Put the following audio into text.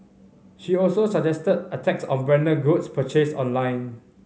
she also suggested a tax on branded goods purchased online